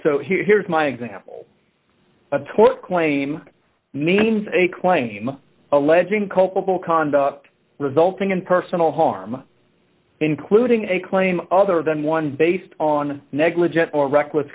so here's my example a tort claim means a claim alleging culpable conduct resulting in personal harm including a claim other than one based on negligence or reckless